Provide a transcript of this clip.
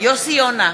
יוסי יונה,